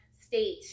state